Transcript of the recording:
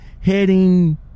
heading